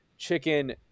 chicken